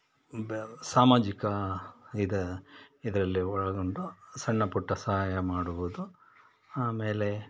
ಬ ಸಾಮಾಜಿಕ ಇದು ಇದರಲ್ಲಿ ಒಳಗೊಂಡು ಸಣ್ಣಪುಟ್ಟ ಸಹಾಯ ಮಾಡುವುದು ಆಮೇಲೆ